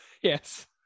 Yes